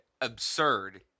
absurd